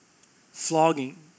flogging